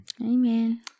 Amen